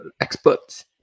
experts